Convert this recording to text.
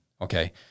Okay